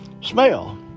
smell